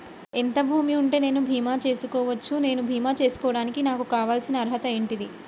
ఎంత భూమి ఉంటే నేను బీమా చేసుకోవచ్చు? నేను బీమా చేసుకోవడానికి నాకు కావాల్సిన అర్హత ఏంటిది?